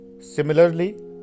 Similarly